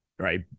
Right